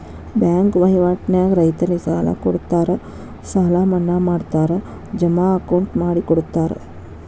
bank ವಹಿವಾಟ ನ್ಯಾಗ ರೈತರಿಗೆ ಸಾಲ ಕೊಡುತ್ತಾರ ಸಾಲ ಮನ್ನಾ ಮಾಡ್ತಾರ ಜಮಾ ಅಕೌಂಟ್ ಮಾಡಿಕೊಡುತ್ತಾರ